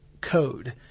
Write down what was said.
code